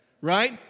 right